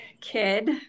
kid